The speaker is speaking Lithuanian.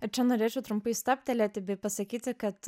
ir čia norėčiau trumpai stabtelėti bei pasakyti kad